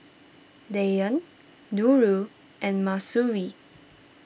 Dian Nurul and Mahsuri